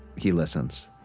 he listens.